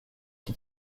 did